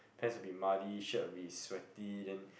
pants will be muddy shirt will be sweaty then